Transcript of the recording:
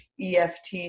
eft